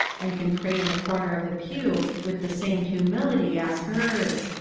and can pray in the corner of the pew with the same humility as hers.